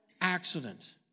accident